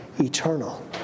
eternal